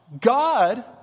God